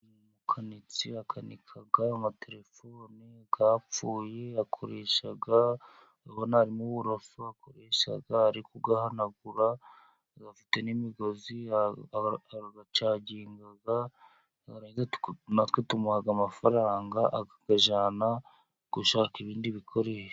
Kanitsi yakanikaga amatelefone yapfuye. Yakoreshaga urabona ni uburoso yakoreshaga ari kuyahanagura afite n'imigozi agacaginga. Natwe tumuha amafaranga akajya gushaka ibindi bikoresho.